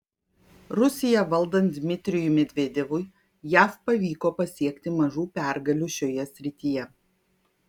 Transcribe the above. rusiją valdant dmitrijui medvedevui jav pavyko pasiekti mažų pergalių šioje srityje